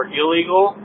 illegal